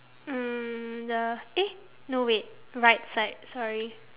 mm the eh no wait right side sorry